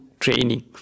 training